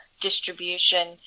distribution